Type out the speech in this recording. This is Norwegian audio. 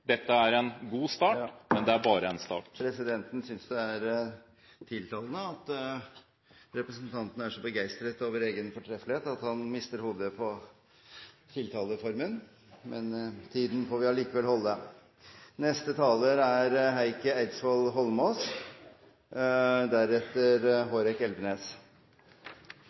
Dette er en god start, men det er bare en start. Presidenten synes det er tiltalende at representanten er så begeistret over egen fortreffelighet at han mister hodet på tiltaleformen, men tiden får vi allikevel holde.